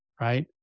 Right